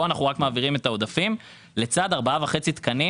כאן אנחנו רק מעבירים את העודפים לצד 4.5 תקנים